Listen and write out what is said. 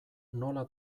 nola